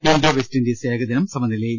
India West Indies ഏകദിനം സമനിലയിൽ